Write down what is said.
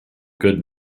good